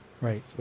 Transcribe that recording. Right